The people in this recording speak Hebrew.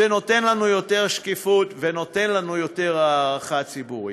זה נותן לנו יותר שקיפות ונותן לנו יותר הערכה ציבורית.